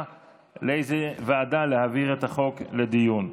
לאיזו ועדה להעביר את הצעת החוק לדיון.